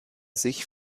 sich